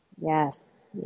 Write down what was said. Yes